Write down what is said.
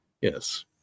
yes